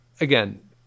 again